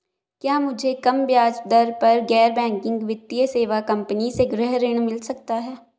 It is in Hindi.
क्या मुझे कम ब्याज दर पर गैर बैंकिंग वित्तीय सेवा कंपनी से गृह ऋण मिल सकता है?